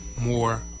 more